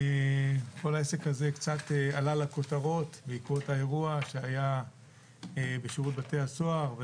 כל העסק הזה קצת עלה לכותרות בעקבות האירוע שהיה בשירות בתי הסוהר,